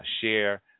share